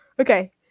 Okay